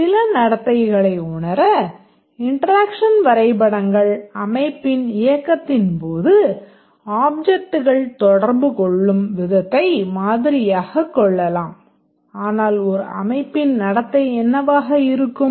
சில நடத்தைகளை உணர இன்டெராக்ஷன் வரைபடங்கள் அமைப்பின் இயக்கத்தின் போது அப்ஜெக்ட்கள் தொடர்பு கொள்ளும் விதத்தை மாதிரியாகக் கொள்ளலாம் ஆனால் ஒரு அமைப்பின் நடத்தை என்னவாக இருக்கும்